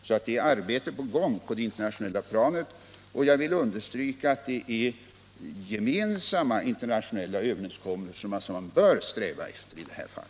Det är alltså arbete på gång på det internationella planet, och jag vill understryka att det är gemensamma internationella överenskommelser, sådana som man bör sträva efter i detta fall.